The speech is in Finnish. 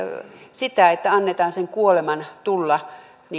sitä että annetaan sen kuoleman tulla